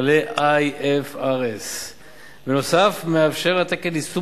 כללי IFRS. נוסף על כך מאפשר התקן יישום